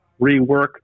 rework